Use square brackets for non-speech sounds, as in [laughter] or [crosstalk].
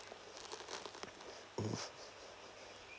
[noise]